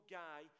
guy